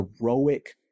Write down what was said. heroic